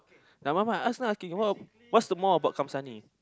never mind ask lah okay what what's the more about Kamsani